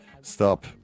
stop